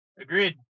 Agreed